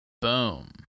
Boom